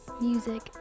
music